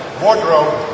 wardrobe